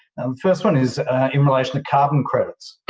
um first one is in relation to carbon credits.